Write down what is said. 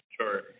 Sure